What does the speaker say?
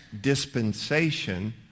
dispensation